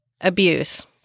abuse